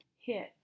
hit